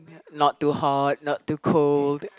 not too hot not too cold